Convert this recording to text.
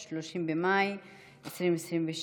30 במאי 2022,